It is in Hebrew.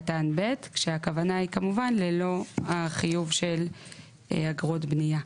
קטן (ב) כשהכוונה היא כמובן ללא החיוב של אגרות בניה.